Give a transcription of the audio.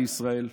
לישראל,